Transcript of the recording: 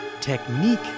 technique